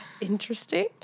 interesting